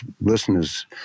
listeners